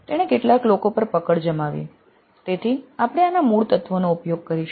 તેણે કેટલાક લોકો પર પકડ જમાવી તેથી આપણે આના મૂળ તત્વોનો ઉપયોગ કરીશું